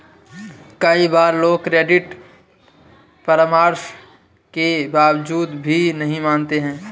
कई बार लोग क्रेडिट परामर्श के बावजूद भी नहीं मानते हैं